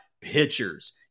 pitchers